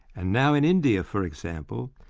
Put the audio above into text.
and now in india, for example,